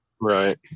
right